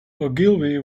ogilvy